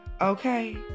Okay